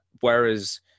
whereas